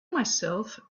myself